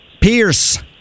Pierce